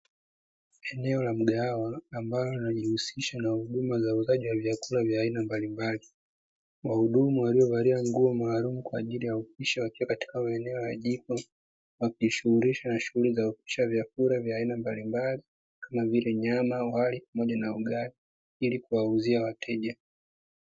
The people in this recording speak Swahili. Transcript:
Eneo la mgahwa ambao unajihusisha na huduma ya uuzaji wa vyakula aina mbalimbali wahudumu waliovalia nguo maalumu kwa ajili ya upishi wakiwa maeneo ya jiko wakijishughulisha na shughuli za upishi wa vyakula aina mbalimbali kama vile nyama, wali, pamoja na ugali kwa ajili ya kuwauzia wateja.